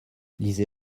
lisez